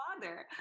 father